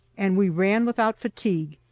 and we ran without fatigue,